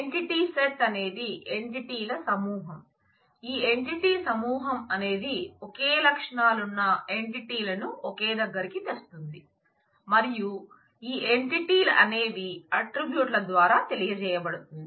entity set అనేది ఎంటిటీల సమూహం ఈ ఎంటిటీ సమూహం అనేది ఒకే లక్షణాలున్న ఎంటిటీలను ఒకే దగ్గరికి తెస్తుంది మరియు ఈ ఎంటిటీలనేవి ఆట్రిబ్యూట్ ల ద్వారా తెలియజేయబడుతుంది